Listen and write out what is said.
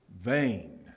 Vain